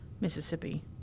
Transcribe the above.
mississippi